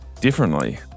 differently